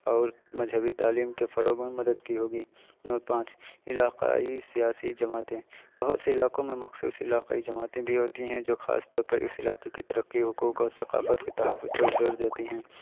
اور مذہبی تعلیم کے فروغ میں مدد کی ہوگی نمبر پانچ علاقائی سیاسی جماعتیں بہت سے علاقوں میں مخصوص علاقائی جماعتیں بھی ہوتی ہیں جو خاص طور پر اس علاقے کی ترقی حقوق اور ثقافت کے تحفظ پر زور دیتی ہیں